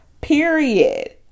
Period